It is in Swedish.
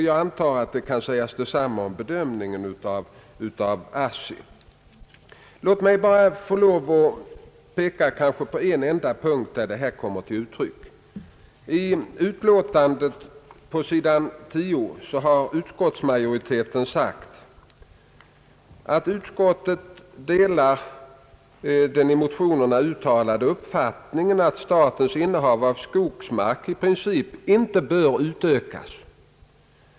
Jag antar att detsamma kan sägas om bedömningen av ASSI. Låt mig få lov att peka på en enda punkt där detta kommer till uttryck. I jordbruksutskottets utlåtande nr 32, s. 10, säger utskottsmajoriteten att utskottet delar »den i nämnda motioner uttalade uppfattningen att statens innehav av skogsmark i princip inte bör utökas.